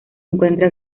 encuentra